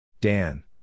Dan